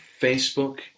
Facebook